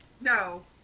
No